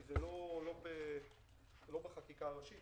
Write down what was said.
כי זה לא בחקיקה הראשית.